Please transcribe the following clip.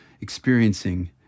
experiencing